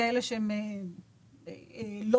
ככאלה שלא